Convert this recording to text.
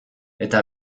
eta